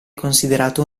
considerato